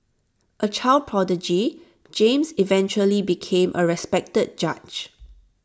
A child prodigy James eventually became A respected judge